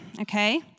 okay